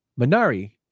Minari